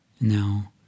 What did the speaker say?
Now